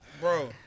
Bro